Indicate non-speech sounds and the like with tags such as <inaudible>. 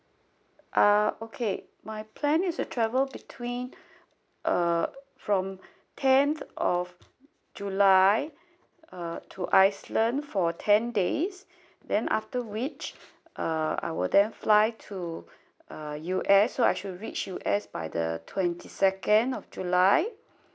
uh okay my plan is to travel between <breath> uh from tenth of july uh to iceland for ten days <breath> then after which uh I will then fly to uh U_S so I should reach U_S by the twenty second of july